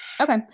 Okay